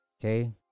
Okay